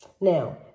Now